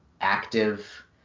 active